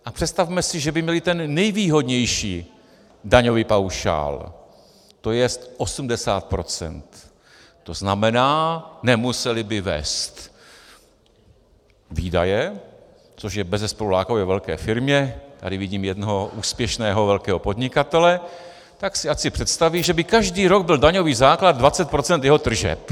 A představme si, že by měly ten nejvýhodnější daňový paušál, tj. 80 %, tzn. nemusely by vést výdaje, což je bezesporu lákavé ve velké firmě tady vidím jednoho úspěšného velkého podnikatele, tak si asi představí, že by každý rok byl daňový základ 20 % jeho tržeb.